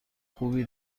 خوبی